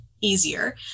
easier